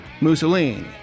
Mussolini